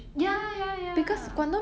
ya ya ya